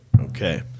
Okay